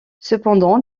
cependant